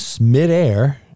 midair